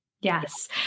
Yes